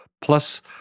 plus